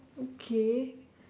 okay